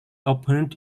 opened